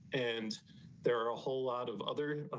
and there are a whole lot of other and